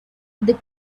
the